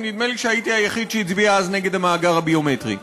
ונדמה לי שהייתי היחיד שהצביע אז נגד המאגר הביומטרי.